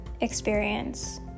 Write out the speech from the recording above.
experience